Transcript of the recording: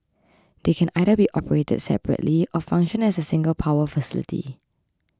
they can either be operated separately or function as a single power facility